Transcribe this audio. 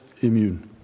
immune